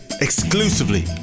exclusively